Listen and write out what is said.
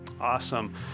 Awesome